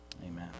Amen